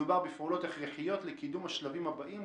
מדובר בפעולות הכרחיות לקידום השלבים הבאים,